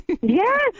Yes